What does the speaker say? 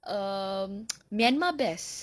um myanmar best